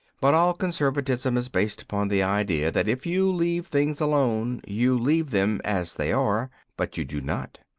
but all conservatism is based upon the idea that if you leave things alone you leave them as they are. but you do not.